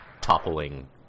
toppling